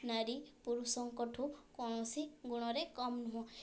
ନାରୀ ପୁରୁଷଙ୍କଠୁ କୌଣସି ଗୁଣରେ କମ୍ ନୁହଁ